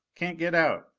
can't get out!